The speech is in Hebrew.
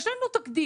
יש לנו תקדים: